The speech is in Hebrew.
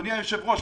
אדוני היושב-ראש,